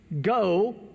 go